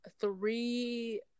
three